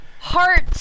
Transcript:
Heart